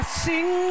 sing